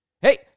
Hey